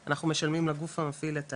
אנחנו משלמים לגוף המפעיל,